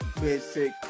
basic